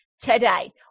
today